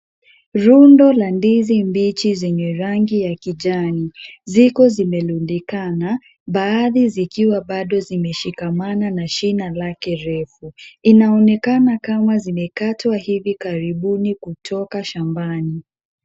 Rundo la ndizi mbichi zenye rangi ya kijani ziko zimerundikana, baadhi zikiwa bado zimeshikamana na shina lake refu. Inaonekana kama zimekatwa hivi karibuni kutoka shambani.